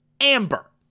Amber